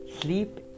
Sleep